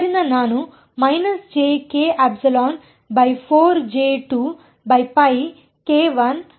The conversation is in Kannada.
ಆದ್ದರಿಂದ ನಾನು ಅನ್ನು ಪಡೆಯಲಿದ್ದೇನೆ